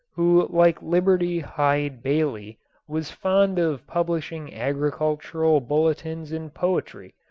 who like liberty hyde bailey was fond of publishing agricultural bulletins in poetry,